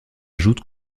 ajoute